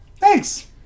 thanks